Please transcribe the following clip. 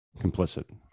Complicit